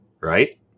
right